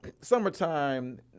summertime